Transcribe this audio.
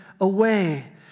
away